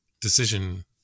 decision